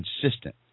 consistent